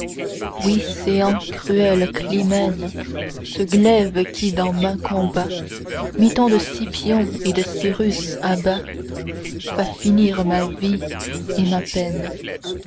oui céans cruelle clymène ce glaive qui dans maints combats mit tant de scipions et de cyrus à bas va finir ma vie et ma peine